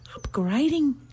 upgrading